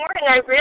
morning